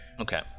Okay